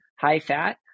high-fat